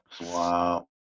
wow